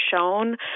shown